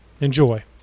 Enjoy